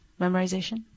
memorization